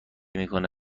میکنه